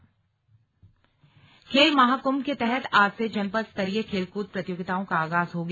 slug खेल महाकुम्भ खेल महाकुंभ के तहत आज से जनपद स्तरीय खेलकूद प्रतियोगिताओं का आगाज हो गया